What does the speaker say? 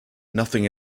nothing